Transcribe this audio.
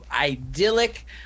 idyllic